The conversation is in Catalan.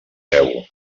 peu